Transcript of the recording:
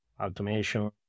automation